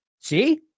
See